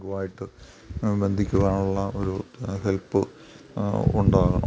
ബാങ്കുമായിട്ട് ബന്ധിക്കുവാനുള്ള ഒരു ഹെൽപ്പ് ഉണ്ടാകണം